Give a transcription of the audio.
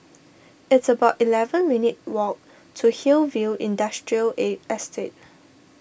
it's about eleven minutes' walk to Hillview Industrial Estate